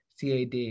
CAD